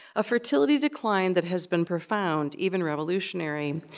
a fertility decline that has been profound, even revolutionary.